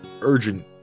urgent